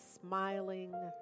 smiling